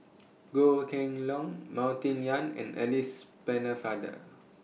Goh Kheng Long Martin Yan and Alice Pennefather